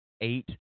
eight